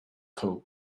code